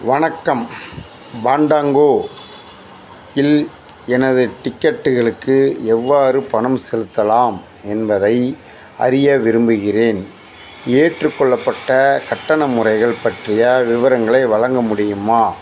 வணக்கம் பாண்டாங்கோ இல் எனது டிக்கெட்டுகளுக்கு எவ்வாறு பணம் செலுத்தலாம் என்பதை அறிய விரும்புகிறேன் ஏற்றுக்கொள்ளப்பட்ட கட்டண முறைகள் பற்றிய விவரங்களை வழங்க முடியுமா